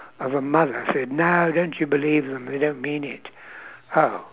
of a mother said no don't you believe them they don't mean it oh